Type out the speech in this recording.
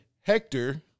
Hector